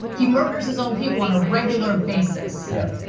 he murders his own people on a regular basis. yeah.